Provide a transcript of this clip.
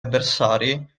avversari